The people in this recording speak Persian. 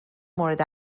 مورد